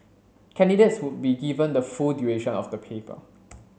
candidates would be given the full duration of the paper